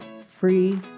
free